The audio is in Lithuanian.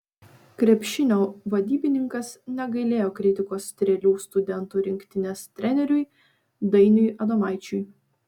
krepšinio vadybininkas negailėjo kritikos strėlių studentų rinktinės treneriui dainiui adomaičiui